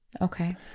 Okay